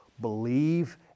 believe